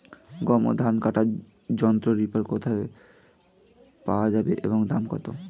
ধান ও গম কাটার যন্ত্র রিপার কোথায় পাওয়া যাবে এবং দাম কত?